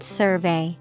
survey